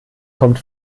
kommt